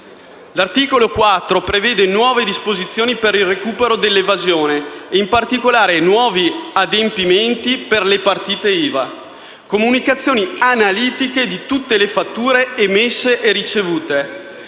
L'articolo 4 prevede nuove disposizioni per il recupero dell'evasione e, in particolare, nuovi adempimenti per le partite IVA: comunicazioni analitiche di tutte le fatture emesse e ricevute